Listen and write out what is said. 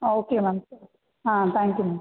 ஆ okay ma'am ஆ thank you ma'am